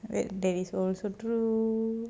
wait that is also true